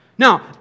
Now